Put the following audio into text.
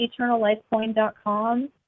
eternallifecoin.com